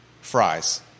fries